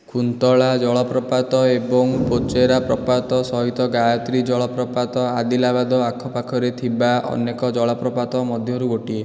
କୁନ୍ତଳା ଜଳପ୍ରପାତ ଏବଂ ପୋଚେରା ପ୍ରପାତ ସହିତ ଗାୟତ୍ରୀ ଜଳପ୍ରପାତ ଆଦିଲାବାଦ ଆଖପାଖରେ ଥିବା ଅନେକ ଜଳପ୍ରପାତ ମଧ୍ୟରୁ ଗୋଟିଏ